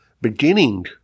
beginning